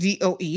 DOE